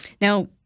Now